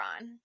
on